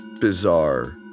bizarre